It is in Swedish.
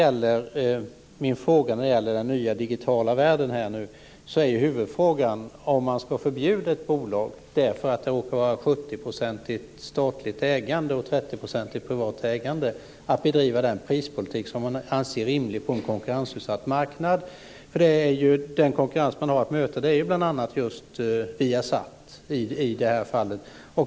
I min fråga som gäller den nya digitala världen är huvudfrågan huruvida man ska förbjuda ett bolag att bedriva den prispolitik som man anser rimlig på en konkurrensutsatt marknad därför att företaget råkar vara till 70 % statligt ägt och till 30 % privat. Den konkurrens man har att möta är ju bl.a. just Viasat i det här fallet.